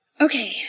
Okay